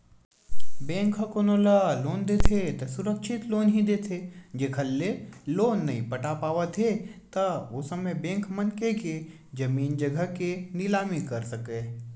bank ह कोनो ल लोन देथे त सुरक्छित लोन ही देथे जेखर ले लोन नइ पटा पावत हे त ओ समे बेंक मनखे के जमीन जघा के निलामी कर सकय